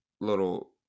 little